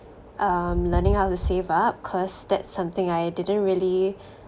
um learning how to save up cause that's something I didn't really